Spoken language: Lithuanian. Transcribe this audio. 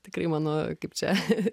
tikrai mano kaip čia